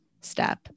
step